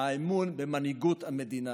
האמון במנהיגות המדינה.